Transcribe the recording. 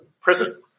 prison